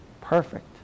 Perfect